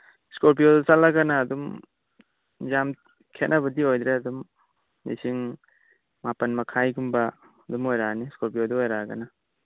ꯏꯁꯀꯣꯔꯄꯤꯌꯣꯗ ꯆꯠꯂꯒꯅ ꯑꯗꯨꯝ ꯌꯥꯝ ꯈꯦꯠꯅꯕꯗꯤ ꯑꯣꯏꯗ꯭ꯔꯦ ꯑꯗꯨꯝ ꯂꯤꯁꯤꯡ ꯃꯄꯟ ꯃꯈꯥꯏꯒꯨꯝꯕ ꯑꯗꯨꯝ ꯑꯣꯏꯔꯛꯑꯅꯤ ꯏꯁꯀꯣꯔꯄꯤꯌꯣꯗ ꯑꯣꯏꯔꯛꯑꯒꯅ